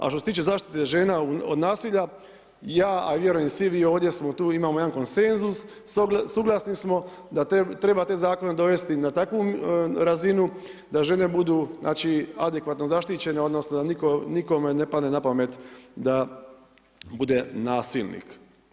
A što se tiče zaštite žena od nasilja, ja vjerujem, a i svi vi ovdje imamo jedan konsenzus, suglasni smo da treba te zakone dovesti na takvu razinu, da žene budu znači, adekvatno zaštitne, odnosno, da nikom ne padne napamet da bude nasilnik.